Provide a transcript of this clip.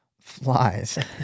flies